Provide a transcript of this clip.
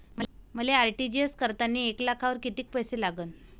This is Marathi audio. मले आर.टी.जी.एस करतांनी एक लाखावर कितीक पैसे लागन?